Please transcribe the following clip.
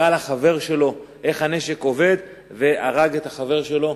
הראה לחבר שלו איך הנשק עובד והרג את החבר שלו.